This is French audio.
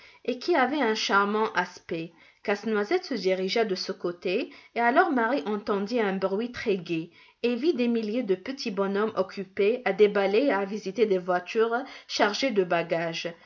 et qui avait un charmant aspect casse-noisette se dirigea de ce côté et alors marie entendit un bruit très-gai et vit des milliers de petits bonshommes occupés à déballer et à visiter des voitures chargées de bagages